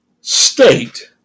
state